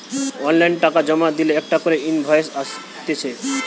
online টাকা জমা দিলে একটা করে ইনভয়েস আসতিছে